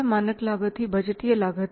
मानक लागत ही बजटीय लागत है